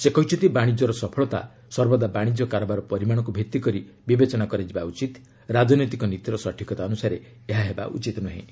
ସେ କହିଛନ୍ତି ବାଶିଜ୍ୟର ସଫଳତା ସର୍ବଦା ବାଣିଜ୍ୟ କାରବାର ପରିମାଣକୁ ଭିତ୍ତି କରି ବିବେଚନା କରାଯିବା ଉଚିତ ରାଜନୈତିକ ନୀତିର ସଠିକତା ଅନୁସାରେ ଏହା ହେବା ଉଚିତ ନୁହେଁ